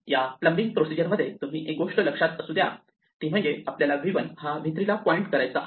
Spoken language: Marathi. या प्लंबिंग प्रोसिजर मध्ये तुम्ही एक गोष्ट लक्षात असू द्या ती म्हणजे आपल्याला v1 हा v3 ला पॉईंट करायचा आहे